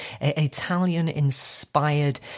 Italian-inspired